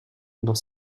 dans